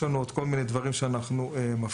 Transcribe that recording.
יש לנו עוד כל מיני דברים שאנחנו מפעילים.